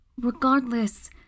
Regardless